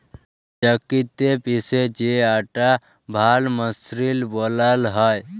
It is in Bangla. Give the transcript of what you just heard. চাক্কিতে পিসে যে আটা ভাল মসৃল বালাল হ্যয়